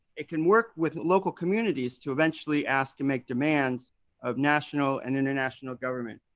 it can work with local communities to eventually ask to make demands of national and international government.